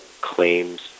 claims